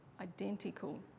identical